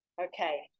Okay